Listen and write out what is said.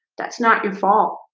that's not your fault.